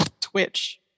twitch